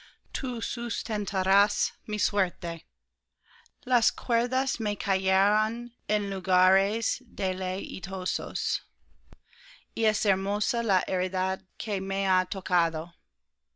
copa tú sustentarás mi suerte las cuerdas me cayeron en lugares deleitosos y es hermosa la heredad que me ha tocado